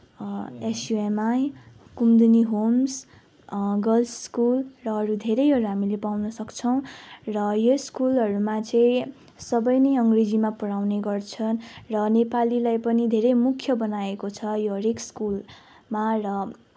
SUMI Kumudini homes girls school र अरू धेरैवटा हामीले पाउन सक्छौँ र यो स्कुलहरूमा चाहिँ सबै नै अङ्ग्रेजीमा पढाउने गर्छन् र नेपालीलाई पनि धेरै मुख्य बनाएको छ यो हरेक स्कुलमा र